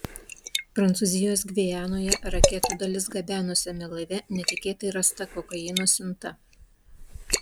prancūzijos gvianoje raketų dalis gabenusiame laive netikėtai rasta kokaino siunta